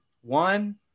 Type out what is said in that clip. One